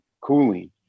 cooling